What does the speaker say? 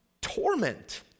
torment